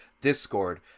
discord